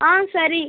ஆ சரி